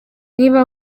niba